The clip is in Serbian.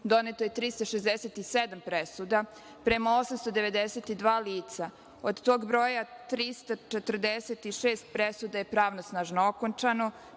doneto je 367 presuda, prema 892 lica. Od tog broja 346 presuda je pravosnažno okončano,